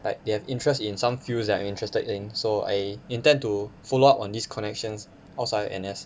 like they have interests in some fields thet I'm interested in so I intend to follow up on these connections outside of N_S